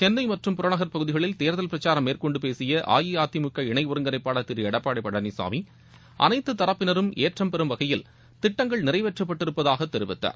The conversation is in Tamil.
சென்ளை மற்றும் புறநகர் பகுதிகளில் தேர்தல் பிரச்சாரம் மேற்கொண்டு பேசிய அஇஅதிமுக இணை ஒருங்கிணைப்பாளர் திரு எடப்பாடி பழனிசாமி அனைத்தத் தரப்பினரும் ஏற்றம் பெறும் வகையில் திட்டங்கள் நிறைவேற்றப்பட்டிருப்பதாக தெரிவித்தார்